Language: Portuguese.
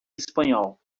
espanhol